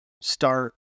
start